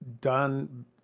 done